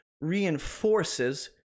reinforces